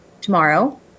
tomorrow